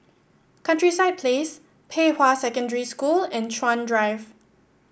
Countryside Place Pei Hwa Secondary School and Chuan Drive